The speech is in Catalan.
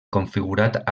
configurat